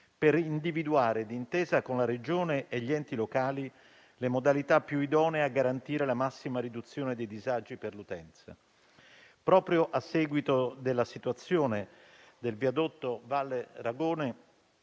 per individuare, d'intesa con la Regione e gli enti locali, le modalità più idonee a garantire la massima riduzione dei disagi per l'utenza. Proprio a seguito della situazione del viadotto Valle Ragone